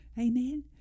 amen